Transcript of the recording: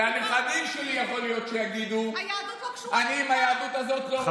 והנכדים שלי יכול להיות שיגידו: אני עם היהדות הזאת לא רוצה להיות,